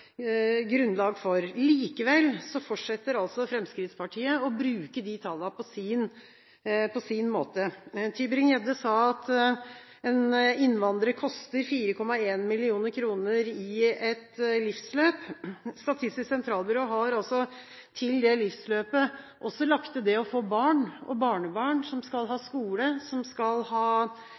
grunnlag for. Likevel fortsetter altså Fremskrittspartiet å bruke disse tallene på sin måte. Tybring-Gjedde sa at en innvandrer koster 4,1 mill. kr i et livsløp. Statistisk sentralbyrå har til det livsløpet også lagt til det å få barn og barnebarn, som skal ha skole, som skal ha